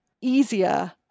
easier